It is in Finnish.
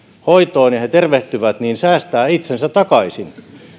hoitoon ja tervehtyvät säästää itsensä takaisin